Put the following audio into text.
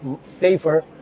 safer